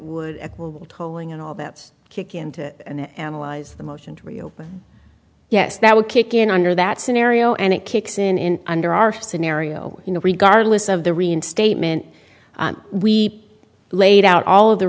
would tolling and all that kick into an analyzer the motion to reopen yes that would kick in under that scenario and it kicks in under our scenario you know regardless of the reinstatement we laid out all of the